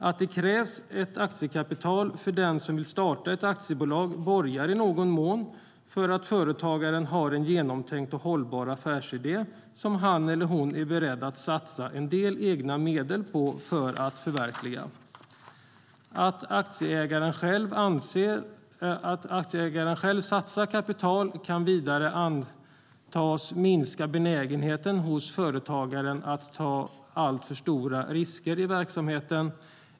Att det krävs ett aktiekapital för den som vill starta ett aktiebolag borgar i någon mån för att företagaren har en genomtänkt och hållbar affärsidé som han eller hon är beredd att satsa en del egna medel på för att förverkliga. Att aktieägaren själv satsar kapital kan vidare antas minska benägenheten hos företagaren att ta alltför stora risker i verksamheten.